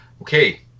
Okay